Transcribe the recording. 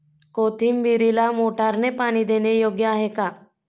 कोथिंबीरीला मोटारने पाणी देणे योग्य आहे का?